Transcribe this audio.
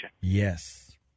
Yes